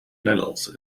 nederlands